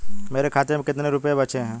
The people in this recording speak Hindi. मेरे खाते में कितने रुपये बचे हैं?